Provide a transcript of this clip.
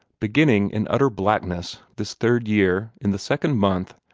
beginning in utter blackness, this third year, in the second month,